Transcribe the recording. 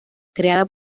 creada